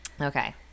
Okay